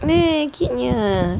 eh cutenya